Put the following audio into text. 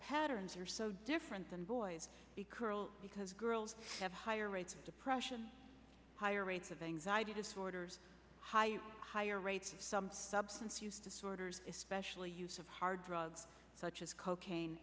patterns are so different than boys the colonel because girls have higher rates of depression higher rates of anxiety disorders high higher rates some substance use disorders especially use of hard drugs such as cocaine